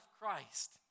Christ